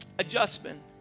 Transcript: Adjustment